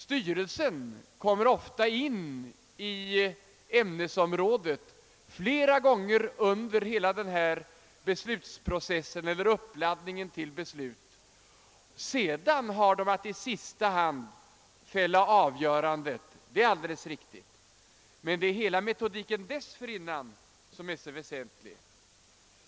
Styrelsen kommer ofta in i äm nesområdet flera gånger under denna beslutsprocess eller under uppladdningen till beslut. Sedan har styrelsen att i sista hand fälla avgörandet — det är alldeles riktigt — men det är hela metodiken dessförinnan som är så väsentlig.